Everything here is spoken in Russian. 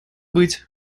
быть